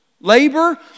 labor